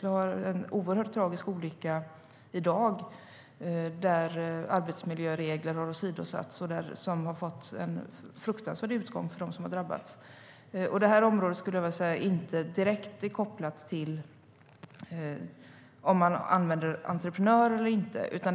Vi har en oerhört tragisk olycka just i dag där arbetsmiljöregler har åsidosatts som har fått en fruktansvärd utgång för dem som har drabbats. Det är inte direkt kopplat till om man använder entreprenörer eller inte.